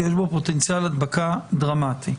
כי יש בו פוטנציאל הדבקה דרמטי,